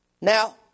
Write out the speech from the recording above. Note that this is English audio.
Now